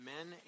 Men